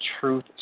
truth